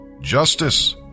Justice